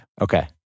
Okay